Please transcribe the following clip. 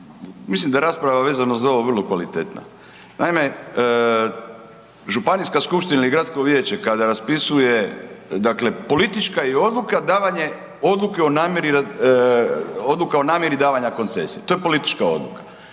mislim da rasprava vezano za ovo je vrlo kvalitetna. Naime, županijska skupština ili gradsko vijeće kada raspisuje dakle politička je odluka davanje odluke o namjerni davanja koncesije, to je politička odluka